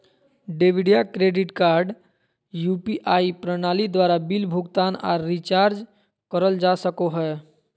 debit या credit card UPI प्रणाली द्वारा बिल भुगतान आर रिचार्ज करल जा सको हय